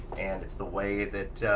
and it's the way that